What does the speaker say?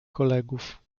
kolegów